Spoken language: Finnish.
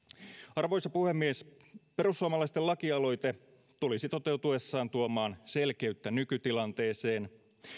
arvoisa puhemies perussuomalaisten lakialoite toisi toteutuessaan selkeyttä nykytilanteeseen